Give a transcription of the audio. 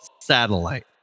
satellite